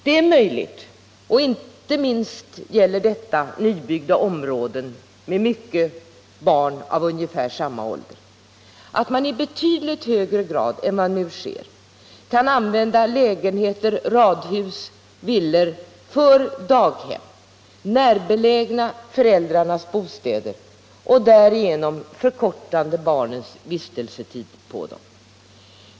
Det är möjligt — och inte minst gäller detta nybyggda områden med många barn i ungefär samma ålder — att man i betydligt högre grad än som nu sker kan använda lägenheter, radhus och villor för daghem — närbelägna till familjernas bostäder och därigenom förkortande barnens vistelsetider på dem.